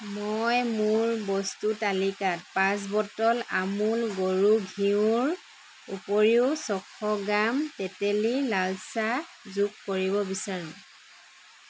মই মোৰ বস্তুৰ তালিকাত পাঁচ বটল আমুল গৰুৰ ঘিউৰ উপৰিও ছশ গ্ৰাম তেতেলী লাল চাহ যোগ কৰিব বিচাৰোঁ